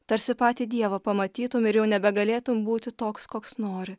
tarsi patį dievą pamatytum ir jau nebegalėtum būti toks koks nori